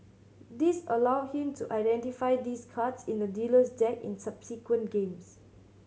this allowed him to identify these cards in the dealer's deck in subsequent games